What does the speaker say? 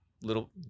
little